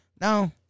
No